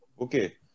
Okay